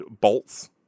bolts